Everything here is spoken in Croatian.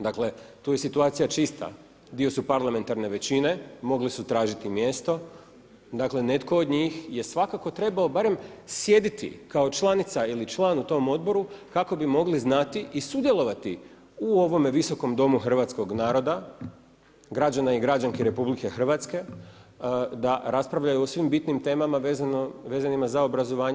Dakle tu je situacija čista, dio su parlamentarne većine, mogli su tražiti mjesto, dakle netko od njih je svakako trebao barem sjediti kao članica ili član u tom odboru kako bi mogli znati i sudjelovati u ovome Visokom domu hrvatskog naroda, građana i građanki RH da raspravljaju o svim bitnim temama vezanima za obrazovanje.